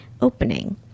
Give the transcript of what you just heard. opening